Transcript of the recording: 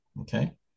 okay